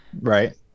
Right